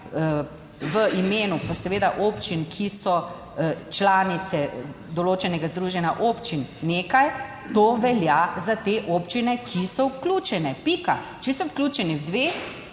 v imenu, pa seveda občin, ki so članice določenega združenja občin, nekaj, to velja za te občine, ki so vključene, pika. Če so vključeni v dve,